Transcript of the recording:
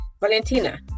Valentina